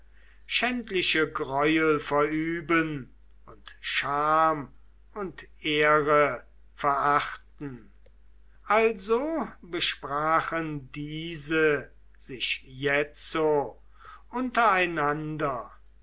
schändliche greuel verüben und scham und ehre verachten also besprachen diese sich jetzo